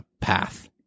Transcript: path